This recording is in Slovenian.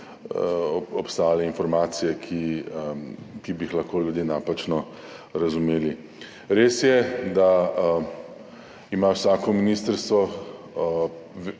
obstajale informacije, ki bi jih lahko ljudje napačno razumeli. Res je, da ima vsako ministrstvo